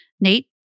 Nate